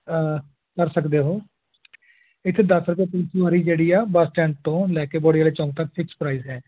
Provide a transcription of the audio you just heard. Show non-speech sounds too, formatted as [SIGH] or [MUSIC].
ਕਰ ਸਕਦੇ ਹੋ ਇੱਥੇ ਦਸ ਰੁਪਏ [UNINTELLIGIBLE] ਸਵਾਰੀ ਜਿਹੜੀ ਆ ਬੱਸ ਸਟੈਂਡ ਤੋਂ ਲੈ ਕੇ ਬੋੜੀ ਵਾਲੇ ਚੌਂਕ ਤੱਕ ਫਿਕਸ ਪ੍ਰਾਈਜ ਹੈ